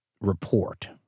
report